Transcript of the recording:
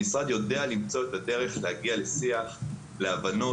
המשרד יודע למצוא את הדרך להגיע לשיח ולהבנות.